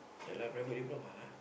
ya lah private diploma lah